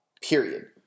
period